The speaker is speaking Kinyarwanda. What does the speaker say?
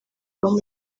baba